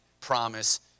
promise